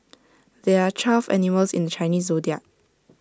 there are twelve animals in the Chinese Zodiac